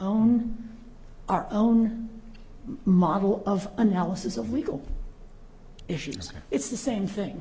own our own model of analysis of legal issues it's the same thing